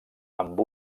amb